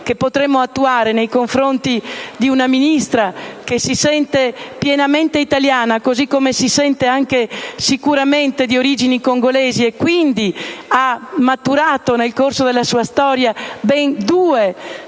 che potremmo attuare nei confronti di una Ministra che si sente pienamente italiana, così come si sente sicuramente di origini congolesi e che quindi ha maturato, nel corso della sua storia, ben due